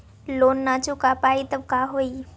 Loan न चुका पाई तब का होई?